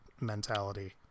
mentality